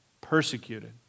persecuted